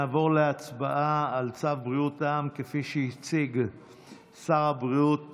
נעבור להצבעה על צו בריאות העם שהציג שר הבריאות